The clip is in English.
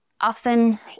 often